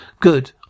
Good